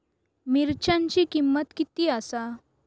मिरच्यांची किंमत किती आसा?